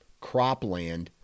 cropland